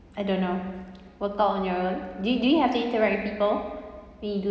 I don't know workout on your own do do you have to interact with people when you do